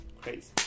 crazy